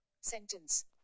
Sentence